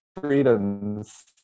freedoms